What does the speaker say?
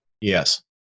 Yes